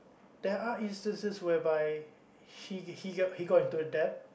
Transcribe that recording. there are instances whereby he he got he got into a debt